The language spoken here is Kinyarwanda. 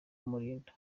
kumurinda